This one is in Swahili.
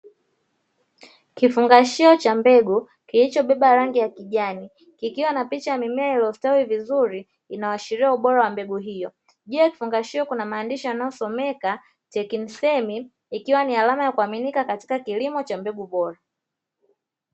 Kifungashio cha mbegu kilichobeba rangi ya kijani ikiwa na picha ya mimea iliyostawi vizuri inawashiria ubora wa mbegu hiyo, juu ya kifungashio kuna maandishi yanayosomeka "technisemi" ikiwa ni alama ya kuaminika katika kilimo cha mbegu bora.